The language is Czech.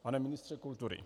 Pane ministře kultury.